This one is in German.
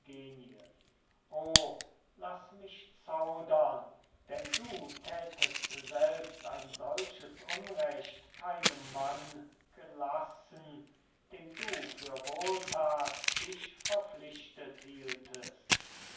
o laß mich zaudern denn du thätest selbst ein solches unrecht keinem mann gelassen dem du für wohlthat dich verpflichtet hieltest